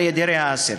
ואריה דרעי העשירי.